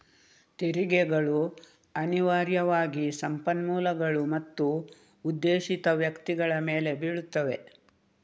ತೆರಿಗೆಗಳು ಅನಿವಾರ್ಯವಾಗಿ ಸಂಪನ್ಮೂಲಗಳು ಮತ್ತು ಉದ್ದೇಶಿತ ವ್ಯಕ್ತಿಗಳ ಮೇಲೆ ಬೀಳುತ್ತವೆ